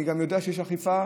אני גם יודע שיש אכיפה,